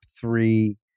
three